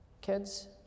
kids